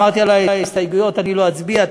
אמרתי: על ההסתייגויות אני לא אצביע,